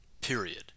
period